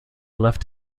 left